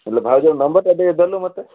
ହେଲେ ଭାଉଜର ନମ୍ବରଟା ଟିକେ ଦେଲୁ ମୋତେ